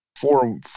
four